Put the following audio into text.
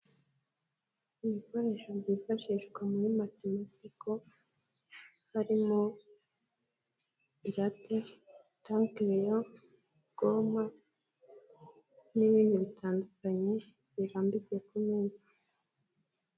Ibikoresho byifashishwa muri matematiko harimo irate, takereyo, goma n'ibindi bitandukanye birambitse ku meza.